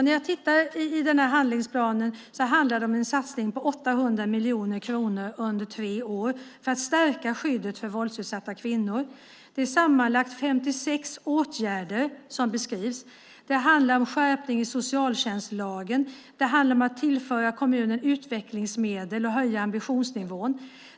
När jag tittar i handlingsplanen ser jag att det handlar om en satsning på 800 miljoner kronor under tre år för att stärka skyddet för våldsutsatta kvinnor. Det är sammanlagt 56 åtgärder som beskrivs. Det handlar om skärpning i socialtjänstlagen. Det handlar om att tillföra kommuner utvecklingsmedel och att höja ambitionsnivån.